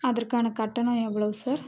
அதற்கான கட்டணம் எவ்வளோவு சார்